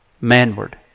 manward